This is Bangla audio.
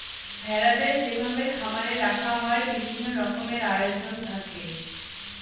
ভেড়াদের যেভাবে খামারে রাখা হয় বিভিন্ন রকমের আয়োজন থাকে